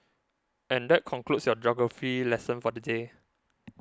and that concludes your geography lesson for the day